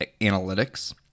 analytics